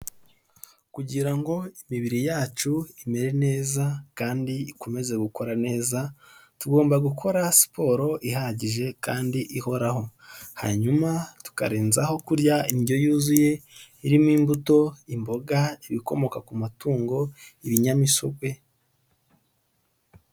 Kugira ngo imibiri yacu tumere neza kandi ikomeze gukora neza tugomba gukora siporo ihagije kandi ihoraho hanyuma tukarenzaho kurya indyo yuzuye irimo imbuto imboga ibikomoka ku matungo ibinyamisogwe.